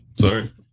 Sorry